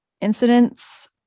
incidents